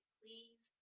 please